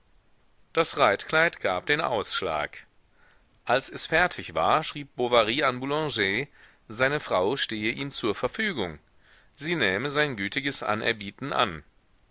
das reitkleid gab den ausschlag als es fertig war schrieb bovary an boulanger seine frau stehe ihm zur verfügung sie nähme sein gütiges anerbieten an